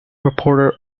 reporter